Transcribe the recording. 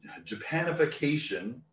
Japanification